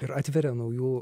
ir atveria naujų